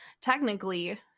technically